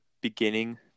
beginning